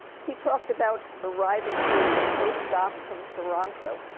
he talked about arriving here as a post-doc from toronto.